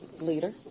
leader